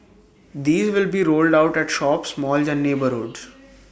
these will be rolled out at shops malls and neighbourhoods